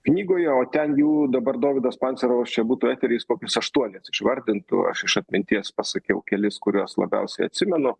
knygoje o ten jų dabar dovydas pancerovas čia būtų etery jis kokis aštuonis išvardintų aš iš atminties pasakiau kelis kuriuos labiausiai atsimenu